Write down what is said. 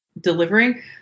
delivering